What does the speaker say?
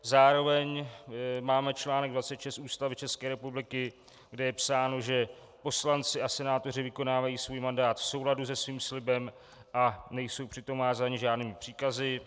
Zároveň máme čl. 26 Ústavy České republiky, kde je psáno, že poslanci a senátoři vykonávají svůj mandát v souladu se svým slibem a nejsou přitom vázáni žádnými příkazy.